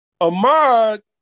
Ahmad